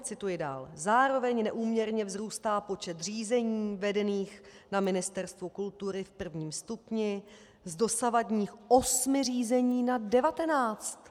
Cituji dál: Zároveň neúměrně vzrůstá počet řízení vedených na Ministerstvu kultury v prvním stupni z dosavadních 8 řízení na 19.